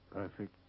Perfect